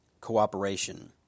cooperation